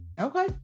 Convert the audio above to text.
Okay